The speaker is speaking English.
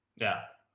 yeah,